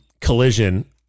collision